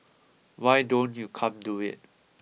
why don't you come do it